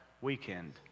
weekend